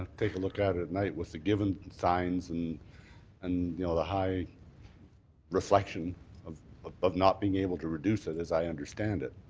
take a look at it at night with the given signs and and the the high reflection of ah of not being able to reduce it, as i understand it,